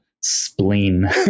spleen